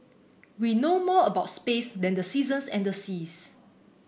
we know more about space than the seasons and the seas